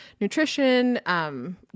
nutrition